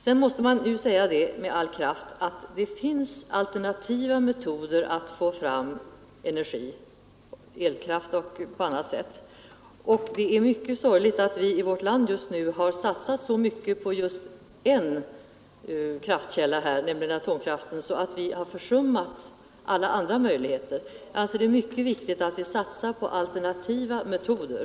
Sedan måste jag med all kraft framhålla att det finns alternativa metoder att få fram energi, och det är mycket sorgligt att vi i vårt land just nu har satsat så mycket på just en kraftkälla, nämligen atomkraften, så att vi har försummat alla andra möjligheter. Jag anser det mycket viktigt att vi satsar på alternativa metoder.